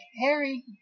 Harry